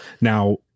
Now